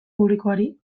publikoari